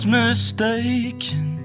mistaken